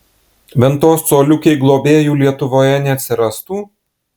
ventos coliukei globėjų lietuvoje neatsirastų